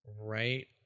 Right